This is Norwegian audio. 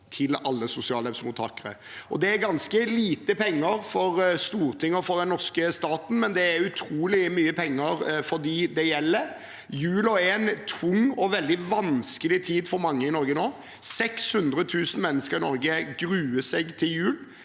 til alle sosialhjelpsmottakere. Det er ganske lite penger for Stortinget og for den norske staten, men det er utrolig mye penger for dem det gjelder. Julen er en tung og veldig vanskelig tid for mange i Norge nå. 600 000 mennesker i Norge gruer seg til jul.